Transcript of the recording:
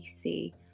see